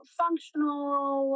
functional